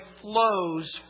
flows